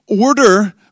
order